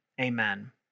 amen